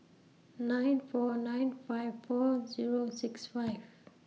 nine four nine five four Zero six five